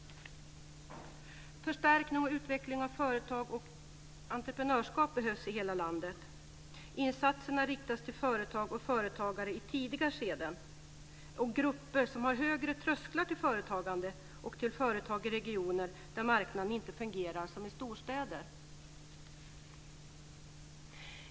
Förstärkning och utveckling av företag och entreprenörskap behövs i hela landet. Insatserna riktas till företag och företagare i tidiga skeden, till grupper som har högre trösklar till företagande och till företag i regioner där marknaden inte fungerar som i storstäder.